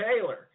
Taylor